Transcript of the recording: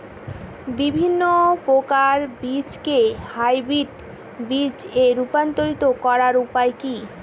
বিভিন্ন প্রকার বীজকে হাইব্রিড বীজ এ রূপান্তরিত করার উপায় কি?